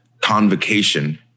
convocation